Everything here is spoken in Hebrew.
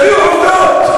תביאו עובדות.